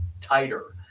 tighter